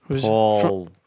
Paul